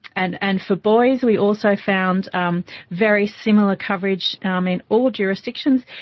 and and for boys we also found um very similar coverage um in all jurisdictions,